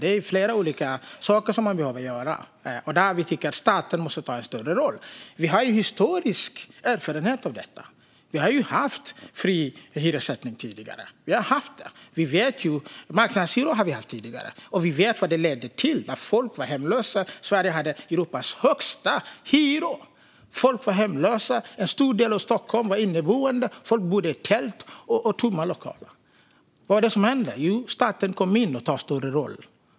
Det är flera olika saker som man behöver göra, och vi tycker att staten måste ta en större roll. Vi har historisk erfarenhet av detta. Vi har ju haft fri hyressättning tidigare. Marknadshyror har vi haft tidigare. Vi vet vad det leder till: Folk var hemlösa, och Sverige hade Europas högsta hyror. En stor del av stockholmarna var inneboende, och folk bodde i tält och i tomma lokaler. Vad var det som hände? Jo, staten kom in och tog en större roll.